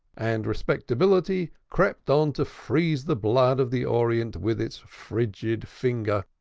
and respectability crept on to freeze the blood of the orient with its frigid finger,